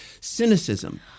cynicism